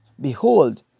behold